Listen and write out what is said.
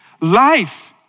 life